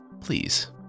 please